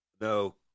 No